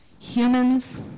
Humans